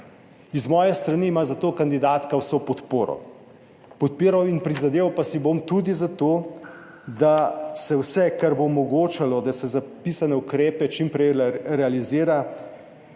Z moje strani ima za to kandidatka vso podporo. Podpiral in prizadeval pa si bom tudi za to, da se vse, kar bo omogočalo, da se za pisane ukrepe čim prej realizira,